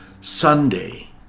Sunday